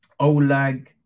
Olag